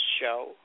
show